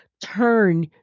turn